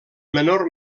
menor